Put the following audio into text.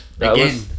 Again